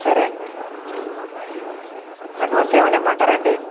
సరే అండి అడ్వాన్స్ ఏమైనా ఇవ్వమంటారండి